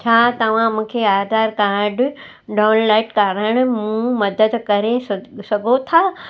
छा तव्हां मूंखे आधार कार्ड डाउनलोड करणु मूं मदद करे सघ सघो था